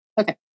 okay